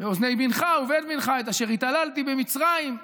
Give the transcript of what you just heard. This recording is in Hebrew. באוזני בנך ובן בנך את אשר התעללתי במצרים",